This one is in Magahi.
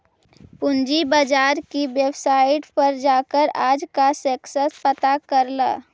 पूंजी बाजार की वेबसाईट पर जाकर आज का सेंसेक्स पता कर ल